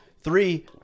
Three